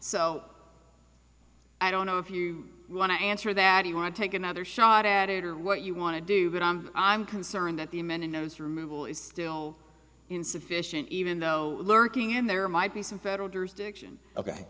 so i don't know if you want to answer that you want to take another shot at it or what you want to do but i'm i'm concerned that the m n n newsroom is still insufficient even though lurking in there might be some federal jurisdiction